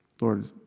Lord